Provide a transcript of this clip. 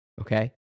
Okay